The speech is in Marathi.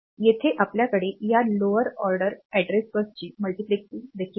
येथे आपल्याकडे या लोअर ऑर्डर अॅड्रेस बसचे मल्टिप्लेक्सिंग देखील आहे